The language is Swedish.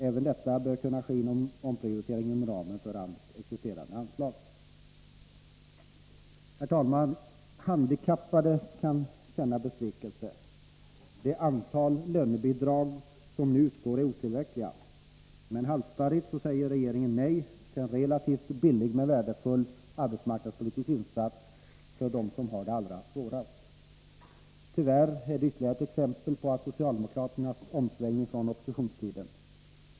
Även detta bör kunna ske genom omprioriteringar inom ramen för AMS existerande anslag. Herr talman! Handikappade kan känna besvikelse. Det antal lönebidrag som nu utgår är otillräckliga. Men halsstarrigt säger regeringen nej till en relativt billig men värdefull arbetsmarknadspolitisk insats för dem som har det allra svårast. Tyvärr är det ytterligare ett exempel på socialdemokraternas omsvängning från oppositionstiden.